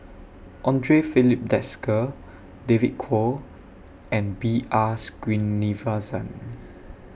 Andre Filipe Desker David Kwo and B R Screenivasan